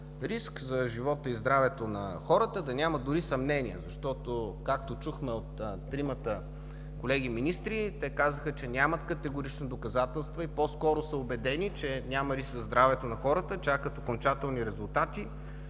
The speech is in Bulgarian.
риск за живота и здравето на хората, да няма дори съмнение, защото както чухме от тримата колеги министри – те казаха, че нямат категорични доказателства и по-скоро са убедени, че няма риск за здравето на хората? Чакат окончателни резултати.